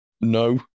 No